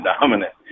dominant